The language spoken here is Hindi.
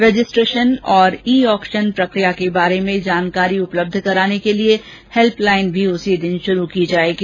रजिस्ट्रेषन तथा ई ऑक्षन प्रक्रिया के बारे में जानकारी उपलब्ध कराने के लिये हैल्पलाईन भी इसी दिन शुरू की जायेगी